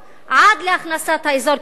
עד להכנסת האזור כולו,